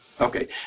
Okay